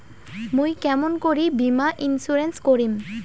মুই কেমন করি বীমা ইন্সুরেন্স করিম?